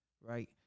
Right